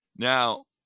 Now